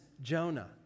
Jonah